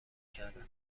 کردم